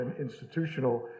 institutional